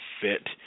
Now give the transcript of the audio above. fit